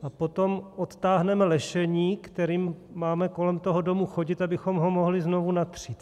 A potom odtáhneme lešení, kterým máme kolem toho domu chodit, abychom ho mohli znovu natřít.